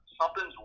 Something's